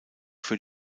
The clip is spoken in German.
für